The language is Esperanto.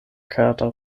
kara